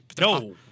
No